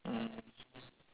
mm